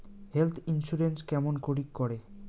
Health insurance কেমন করি করে?